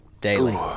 daily